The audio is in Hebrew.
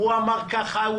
הוא אמר ככה.